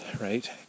right